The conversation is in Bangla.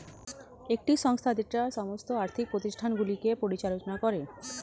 একটি সংস্থা যেটা সমস্ত আর্থিক প্রতিষ্ঠানগুলিকে পরিচালনা করে